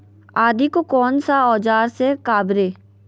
आदि को कौन सा औजार से काबरे?